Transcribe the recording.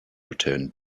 returned